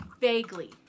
vaguely